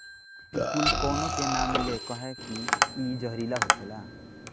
इ कूल काउनो के ना मिले कहे की इ जहरीला होखेला